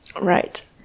right